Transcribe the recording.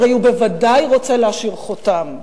הרי הוא בוודאי רוצה להשאיר חותם.